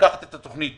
לקחת את התוכנית